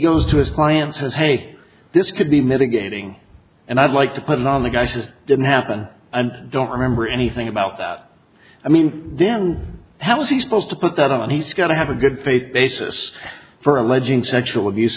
goes to his client says hey this could be mitigating and i'd like to put it on the guy just didn't happen and don't remember anything about that i mean then how is he supposed to put that on he's got to have a good faith basis for alleging sexual abuse